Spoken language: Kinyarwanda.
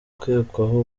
ukekwaho